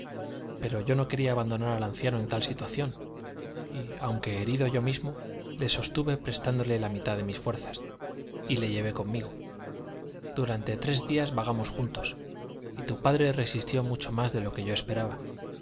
pero yo no quería abandonar al anciano en tal situación y aunque herido yo mismo le sostuve prestándole la mitad de mis fuerzas y le llevé conmigo durante tres días vagamos juntos y tu padre resistió mucho más de lo que yo esperaba